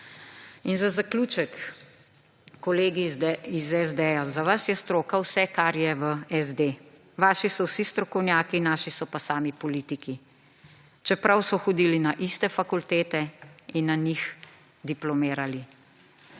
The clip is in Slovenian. In za zaključek, kolegi iz SD, za vas je stroka vse, kar je v SD. Vaši so vsi strokovnjaki, naši so pa sami politiki, čeprav so hodili na iste fakultete in na njih diplomirali.